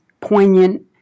poignant